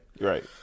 Right